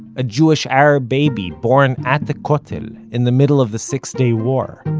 a jewish arab baby born at the kotel in the middle of the six day war.